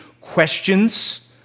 questions